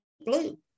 blue